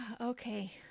okay